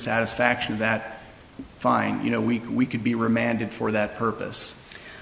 satisfaction that fine you know we could be remanded for that purpose